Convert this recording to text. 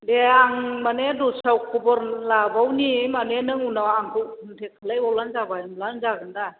दे आं माने दस्रायाव खबर लाबावनि माने नों उनाव आंखौ कन्टेक्ट खालामबावबानो जाबाय होनब्लानो जागोन दा